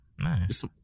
nice